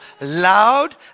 Loud